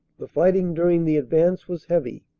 the fighting during the advance was heavy,